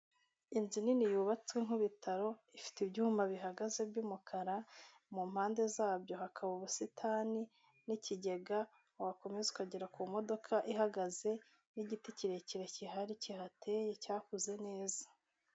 Inzu nini yubatswe nk'ibitaro, ifite ibyuma bihagaze by'umukara, mu mpande zabyo hakaba ubusitani n'ikigega wakomeza ukagera ku modoka ihagaze, n'igiti kirekire kihari kihateye cyakuze neza.